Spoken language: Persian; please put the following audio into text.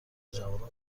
جوانان